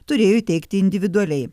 turėjo įteikti individualiai